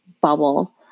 bubble